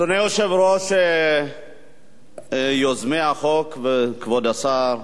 אדוני היושב-ראש, יוזמי החוק וכבוד השר,